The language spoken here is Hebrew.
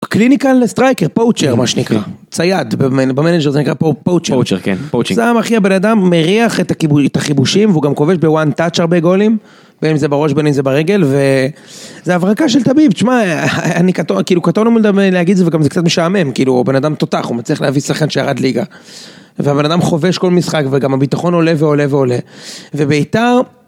קליניקל סטרייקר, פוצ'ר, מה שנקרא, צייד במנג'ר, זה נקרא פה פוצ'ר. פוצ'ר, כן, פוצ'ר. זה המחיר, בן אדם מריח את החיבושים, והוא גם כובש בוואן טאץ' הרבה גולים, ואם זה בראש, בין אם זה ברגל, ו... זו הברקה של תביב, תשמע, אני כתוב, כאילו, קטונו מהלהגיד להגיד את זה, וגם זה קצת משעמם, כאילו, בן אדם תותח, הוא מצליח להביא שחקן שירד ליגה. והבן אדם חובש כל משחק, וגם הביטחון עולה ועולה ועולה. ובעיטה...